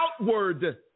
outward